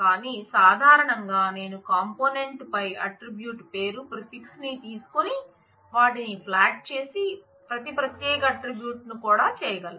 కానీ సాధారణంగా నేను కాంపోనెంట్ పై ఆట్రిబ్యూట్ పేరు ప్రిఫిక్స్ ని తీసుకొని వాటిని ఫ్లాట్ చేసి ప్రతి ప్రత్యేక ఆట్రిబ్యూట్ ని కూడా చేయగలను